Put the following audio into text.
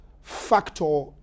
factor